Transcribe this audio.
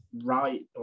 right